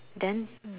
then